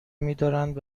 میدارند